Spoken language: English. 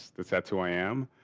that's that's who i am.